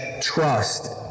trust